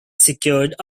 secured